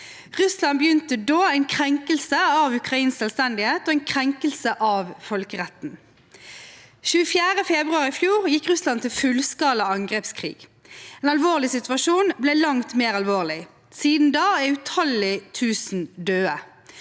Russland begynte da en krenkelse av ukrainsk selvstendighet og en krenkelse av folkeretten. Den 24. februar i fjor gikk Russland til fullskala angrepskrig. En alvorlig situasjon ble langt mer alvorlig. Siden da er utallige tusen døde.